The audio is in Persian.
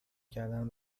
کردن